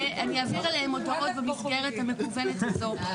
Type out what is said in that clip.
אעביר להם הודעות במסגרת המקוונת הזו.